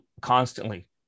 constantly